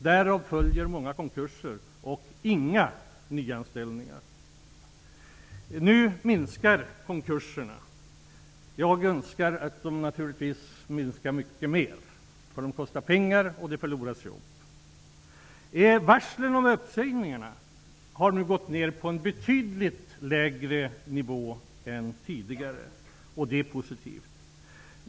Därav följer många konkurser och inga nyanställningar. Nu minskar konkurserna. Jag skulle naturligtvis önska att de minskade mycket mer, eftersom de kostar pengar och jobb. Varslen om uppsägningar har nu gått ned på en betydligt lägre nivå än tidigare. Det är positivt.